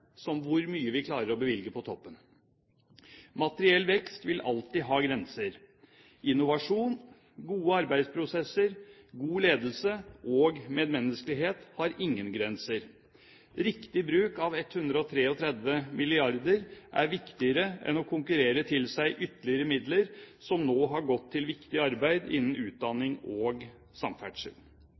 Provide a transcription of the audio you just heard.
som hvor mye vi klarer å bevilge på toppen. Materiell vekst vil alltid ha grenser. Innovasjon, gode arbeidsprosesser, god ledelse og medmenneskelighet har ingen grenser. Riktig bruk av 133 mrd. kr er viktigere enn å konkurrere til seg ytterligere midler som nå har gått til viktig arbeid innen utdanning og samferdsel.